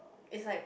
is like